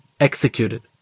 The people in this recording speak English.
executed